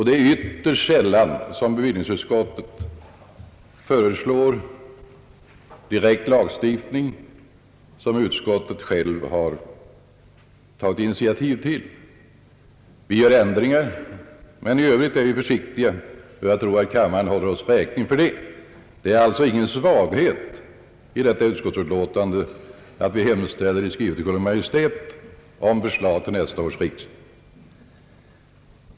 Det är ytterst sällan som bevillningsutskottet direkt föreslår text till en lagstiftning, som utskottet självt har tagit initiativ till. Vi gör ändringar, men i Övrigt är vi försiktiga, och jag tror kammaren håller oss räkning för det. Det är alltså ingen svaghet i detta utskottsbetänkande att vi hemställer i skrivelse till Kungl. Maj:t om förslag till nästa års riksdag.